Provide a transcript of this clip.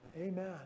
amen